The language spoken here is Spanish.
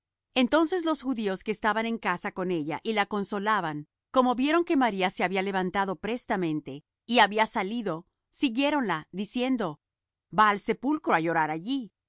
entonces los judíos que estaban en casa con ella y la consolaban como vieron que maría se había levantado prestamente y había salido siguiéronla diciendo va al sepulcro á llorar allí